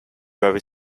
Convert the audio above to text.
very